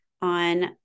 on